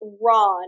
Ron